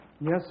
Yes